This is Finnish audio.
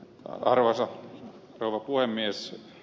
arvoisa rouva puhemies